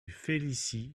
félicie